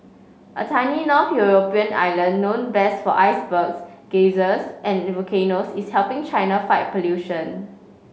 a tiny north European island known best for icebergs geysers and volcanoes is helping China fight pollution